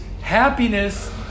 happiness